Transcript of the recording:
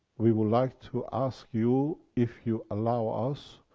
we would like to ask you, if you allow us,